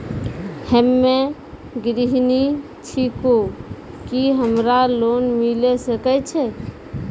हम्मे गृहिणी छिकौं, की हमरा लोन मिले सकय छै?